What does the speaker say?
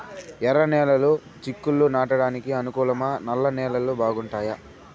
ఎర్రనేలలు చిక్కుళ్లు నాటడానికి అనుకూలమా నల్ల నేలలు బాగుంటాయా